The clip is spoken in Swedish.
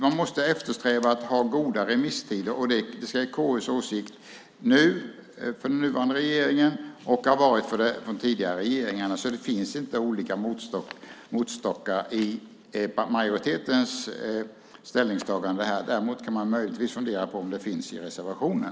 Man måste eftersträva att ha goda remisstider, och det är KU:s åsikt nu när det gäller den nuvarande regeringen och har varit när det gällt de tidigare regeringarna. Det finns inte olika måttstockar i majoritetens ställningstagande här. Däremot kan man möjligtvis fundera på om det finns i reservationen.